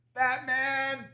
batman